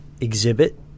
Exhibit